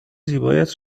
زیبایت